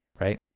right